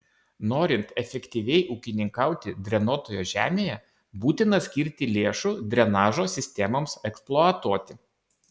norint efektyviai ūkininkauti drenuotoje žemėje būtina skirti lėšų drenažo sistemoms eksploatuoti